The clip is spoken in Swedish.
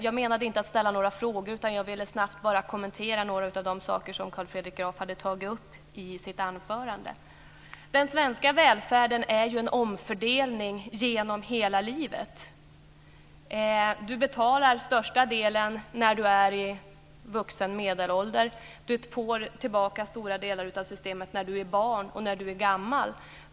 Jag menade inte att ställa några frågor, utan jag ville snabbt bara kommentera några av de saker som Carl Fredrik Graf hade tagit upp i sitt anförande. Den svenska välfärden är en omfördelning genom hela livet. Man betalar största delen när man är vuxen och medelålders. Man får tillbaka stora delar ur systemet när man är barn och när man är gammal.